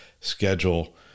schedule